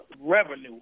revenue